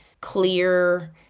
clear